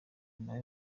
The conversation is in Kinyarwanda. nawe